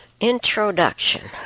Introduction